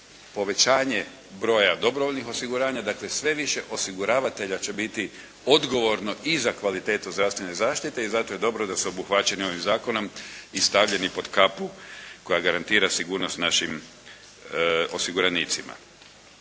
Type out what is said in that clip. povećanje broja dobrovoljnih osiguranja. Dakle sve više osiguravatelja će biti odgovorno i za kvalitetu zdravstvene zaštite i zato je dobro da su obuhvaćeni ovim zakonom i stavljeni pod kapu koja garantira sigurnost našim osiguranicima.